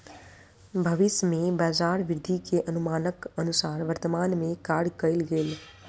भविष्य में बजार वृद्धि के अनुमानक अनुसार वर्तमान में कार्य कएल गेल